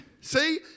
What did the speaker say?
See